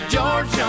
George